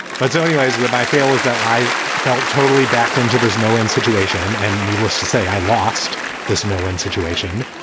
that's only ways that my feel is that i felt totally backed into this no-win situation. and needless to say, i lost this no. one situation,